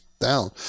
down